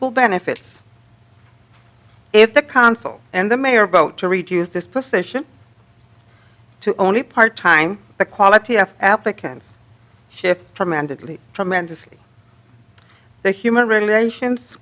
full benefits if the consul and the mayor vote to reduce this procession to only part time the quality of applicants shifts tremendously tremendously the human relations